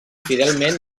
fidelment